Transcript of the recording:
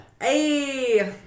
Hey